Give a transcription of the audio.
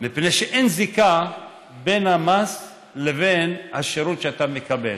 מפני שאין קשר בין המס לבין השירות שאתה מקבל.